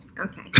Okay